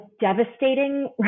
devastating